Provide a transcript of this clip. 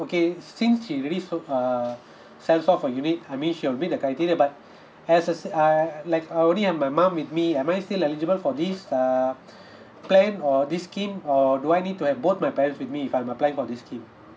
okay since she already sold uh sell four for unit I mean she will meet the criteria but as as I left I only have my mom with me am I still eligible for this uh plan or this scheme or do I need to have both my parents with me if I'm applying for this scheme